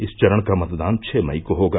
इस चरण का मतदान छः मई को होगा